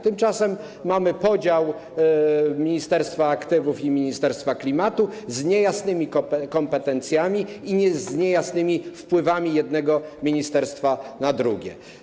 Tymczasem mamy podział na ministerstwo aktywów i Ministerstwo Klimatu z niejasnymi kompetencjami i z niejasnymi wpływami jednego ministerstwa na drugie.